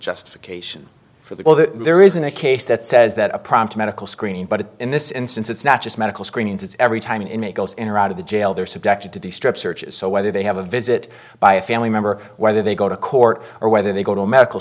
justification for the call that there isn't a case that says that a prompt medical screening but in this instance it's not just medical screenings it's every time an inmate goes in or out of the jail they're subjected to the strip searches so whether they have a visit by a family member whether they go to court or whether they go to a medical